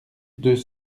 deux